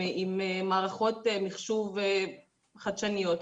עם מערכות מחשוב חדשניות.